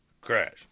crash